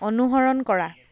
অনুসৰণ কৰা